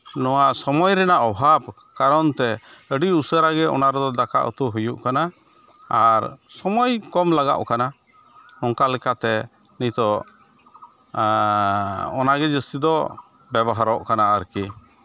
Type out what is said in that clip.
ᱱᱚᱣᱟ ᱥᱚᱢᱚᱭ ᱨᱮᱱᱟᱜ ᱚᱵᱷᱟᱵᱽ ᱠᱟᱨᱚᱱ ᱛᱮ ᱟᱹᱰᱤ ᱩᱥᱟᱹᱨᱟ ᱜᱮ ᱚᱱᱟ ᱠᱚᱫᱚ ᱫᱡᱟᱠᱟ ᱩᱛᱩ ᱦᱩᱭᱩᱜ ᱠᱟᱱᱟ ᱟᱨ ᱥᱚᱢᱚᱭ ᱠᱚᱢ ᱞᱟᱜᱟᱣᱚᱜ ᱠᱟᱱᱟ ᱚᱱᱠᱟᱞᱮᱠᱟᱛᱮ ᱱᱤᱛᱳᱜ ᱚᱱᱟᱜᱮ ᱡᱟᱹᱥᱛᱤ ᱫᱚ ᱵᱮᱵᱚᱦᱟᱨᱚᱜ ᱠᱟᱱᱟ ᱟᱨᱠᱤ